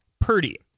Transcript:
Purdy